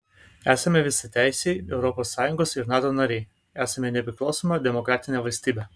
esame visateisiai europos sąjungos ir nato nariai esame nepriklausoma demokratinė valstybė